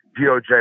DOJ